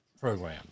program